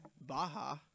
Baja